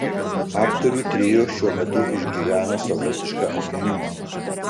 aktorių trio šiuo metu išgyvena savotišką atgimimą